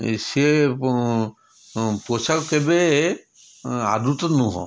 ସିଏ ପୋଷାକ କେବେ ଆଦୃତ ନୁହଁ